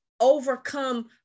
overcome